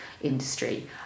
industry